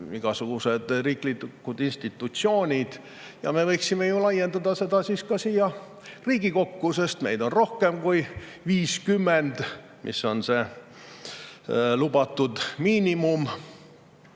igasugused riiklikud institutsioonid. Me võiksime ju laiendada seda ka siia Riigikokku, sest meid on rohkem kui 50, mis on lubatud miinimum.